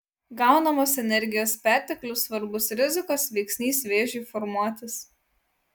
gaunamos energijos perteklius svarbus rizikos veiksnys vėžiui formuotis